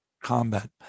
combat